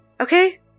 Okay